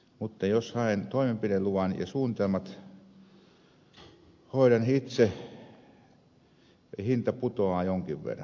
mutta jos haen toimenpideluvan ja suunnitelmat hoidan itse hinta putoaa jonkin verran